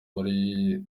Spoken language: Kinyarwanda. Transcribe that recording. muri